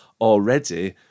already